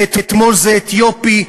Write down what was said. ואתמול זה אתיופי,